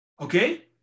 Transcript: Okay